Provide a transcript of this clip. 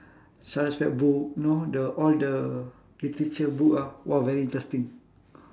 charlotte's web book you know the all the literature book ah !wah! very interesting